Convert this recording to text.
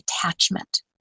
attachment